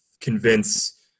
convince